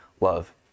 love